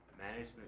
management